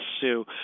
sue